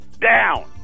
down